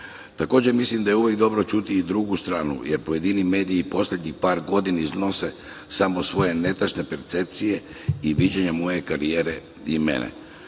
Takođe, mislim da je uvek dobro čuti i drugu stranu, jer pojedini mediji u poslednjih par godina iznose samo svoje netačne percepcije i viđenje moje karijere i mene. Po